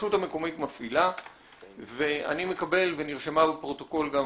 הרשות המקומית מפעילה ואני מקבל ונרשמה בפרוטוקול גם